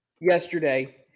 yesterday